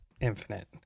Infinite